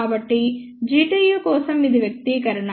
కాబట్టి Gtu కోసం ఇది వ్యక్తీకరణ